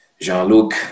Jean-Luc